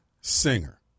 Singer